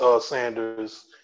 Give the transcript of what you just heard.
Sanders